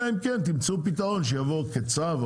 אלא אם כן תמצאו פתרון שיבוא כצו,